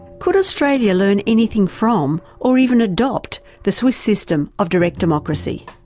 could australia learn anything from, or even adopt, the swiss system of direct democracy?